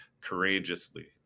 courageously